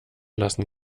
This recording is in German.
lassen